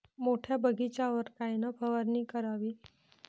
मोठ्या बगीचावर कायन फवारनी करावी?